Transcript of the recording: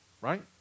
right